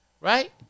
Right